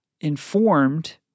informed